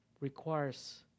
requires